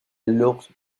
alors